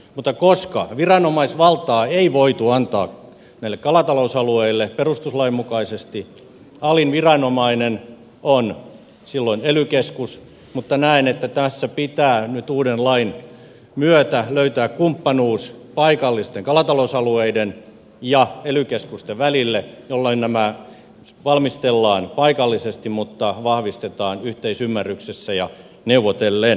mutta koska viranomaisvaltaa ei voitu antaa näille kalatalousalueille perustuslain mukaisesti alin viranomainen on silloin ely keskus mutta näen että tässä pitää nyt uuden lain myötä löytää kumppanuus paikallisten kalatalousalueiden ja ely keskusten välille jolloin nämä valmistellaan paikallisesti mutta vahvistetaan yhteisymmärryksessä ja neuvotellen